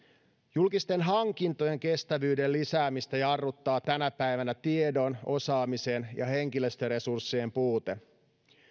julkisten hankintojen kestävyyden lisäämistä jarruttaa tänä päivänä tiedon osaamisen ja henkilöstöresurssien puute